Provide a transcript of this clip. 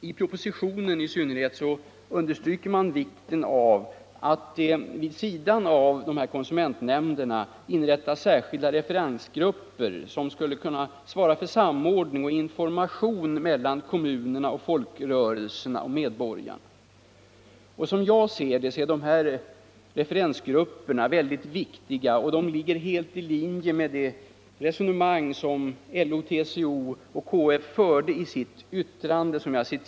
I propositionen understryker man vikten av att det vid sidan av konsumentnämnderna inrättas särskilda referensgrupper, som kan svara för samordning och information mellan kommunerna, folkrörelserna och medborgarna. Som jag ser det är dessa referensgrupper mycket viktiga, och de ligger helt i linje med det resonemang som LO, TCO och KF förde i sitt yttrande.